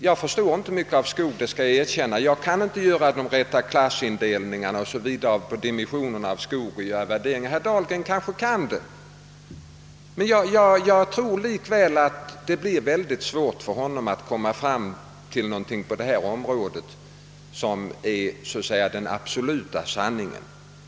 Jag förstår inte mycket av skogsbruk — det skall jag erkänna — och jag kan inte göra de rätta klassindelningarna efter olika dimensioner m.m. eller göra värderingar; herr Dahlgren kanske kan det. Jag tror likväl att det blir mycket svårt för honom att komma fram till någonting på detta område som är så att säga den absoluta sanningen.